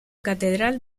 catedral